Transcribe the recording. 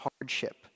hardship